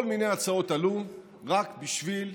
כל מיני הצעות עלו רק בשביל,